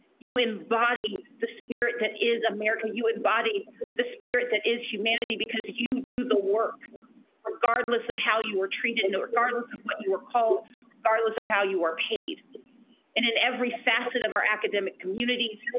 you embody the spirit that is america. you embody the spirit that is humanity because you do the work regardless of how you are treated and regardless of what you were called heartless of how you are paid and in every facet of our academic communities,